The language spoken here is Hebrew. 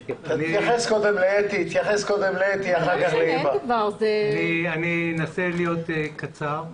אני אנסה להיות קצר.